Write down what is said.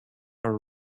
are